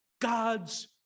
God's